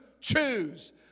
choose